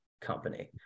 Company